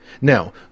Now